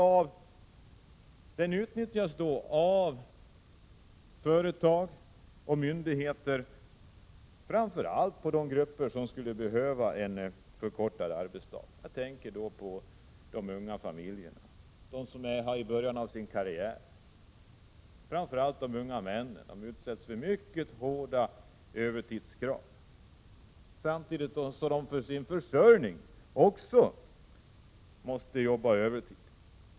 Detta utnyttjas av företag och myndigheter, framför allt för de grupper som skulle behöva en förkortad arbetsdag. Jag tänker på de unga familjerna, som är i början av sin karriär. Framför allt de unga männen utsätts för mycket hårda övertidskrav, samtidigt som de också för sin försörjning måste jobba övertid.